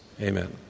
amen